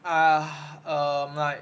ah um like